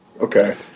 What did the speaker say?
Okay